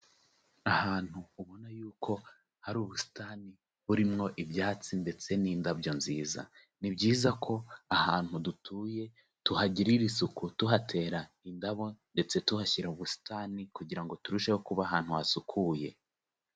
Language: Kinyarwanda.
Ahantu ubona yuko hari ubusitani burimwo ibyatsi ndetse n'indabyo nziza, ni byiza ko ahantu dutuye tuhagirira isuku tuhatera indabo ndetse tuhashyira ubusitani kugira ngo turusheho kuba ahantu hasukuye.